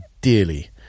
dearly